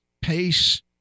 pace